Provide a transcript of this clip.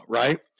right